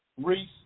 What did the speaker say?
Reese